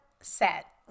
set